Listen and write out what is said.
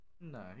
No